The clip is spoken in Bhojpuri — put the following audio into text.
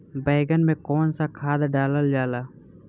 बैंगन में कवन सा खाद डालल जाला?